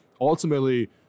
ultimately